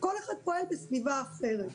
כל אחד פועל בסביבה אחרת,